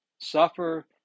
suffer